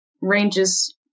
ranges